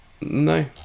No